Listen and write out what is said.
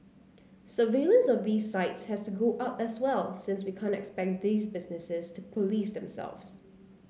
surveillance of these sites has to go up as well since we can't expect these businesses to police themselves